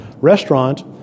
restaurant